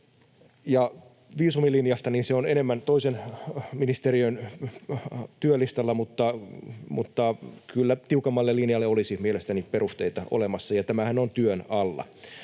viisumilinjasta: se on enemmän toisen ministeriön työlistalla, mutta kyllä tiukemmalle linjalle olisi mielestäni perusteita olemassa. Tämähän on työn alla.